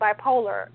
bipolar